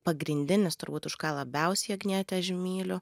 pagrindinis turbūt už ką labiausiai agnietę myliu